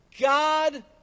God